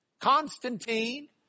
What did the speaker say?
Constantine